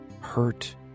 hurt